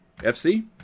FC